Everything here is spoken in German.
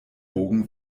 bogen